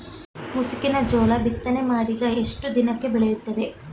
ಮುಸುಕಿನ ಜೋಳ ಬಿತ್ತನೆ ಮಾಡಿದ ಎಷ್ಟು ದಿನಕ್ಕೆ ಬೆಳೆಯುತ್ತದೆ?